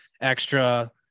extra